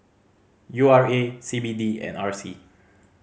U R A C B D and R C